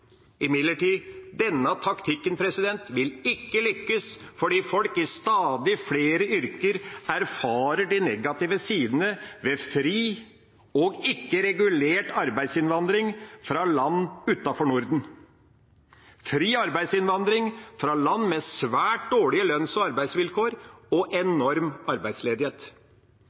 Denne taktikken vil imidlertid ikke lykkes, fordi folk i stadig flere yrker erfarer de negative sidene ved fri og ikke-regulert arbeidsinnvandring fra land utenfor Norden, fri arbeidsinnvandring fra land med svært dårlige lønns- og arbeidsvilkår og enorm arbeidsledighet.